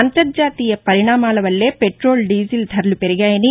అంతర్జాతీయ పరిణామాల వల్లే పెట్లోలు డీజిల్ ధరలు పెరిగాయని